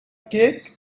cake